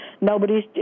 Nobody's